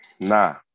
Nah